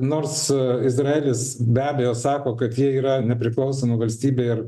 nors izraelis be abejo sako kad jie yra nepriklausoma valstybė ir